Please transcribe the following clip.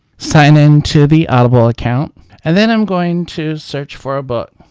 sign in to the audible account and then i'm going to search for a book,